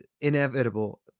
inevitable